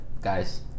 guys